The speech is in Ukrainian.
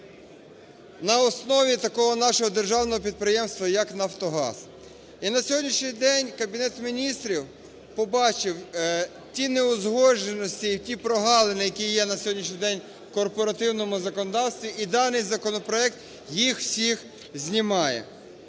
такого нашого державного підприємства як "Нафтогаз". І на сьогоднішній день Кабінет Міністрів побачив ті неузгодженості і ті прогалини, які є на сьогоднішній день в корпоративному законодавстві, і даний законопроект їх всіх знімає.